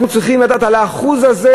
אנחנו צריכים לדעת על ה-1% הזה,